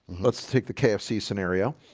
let's take the kfc scenario